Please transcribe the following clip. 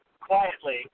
quietly